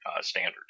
standard